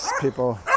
people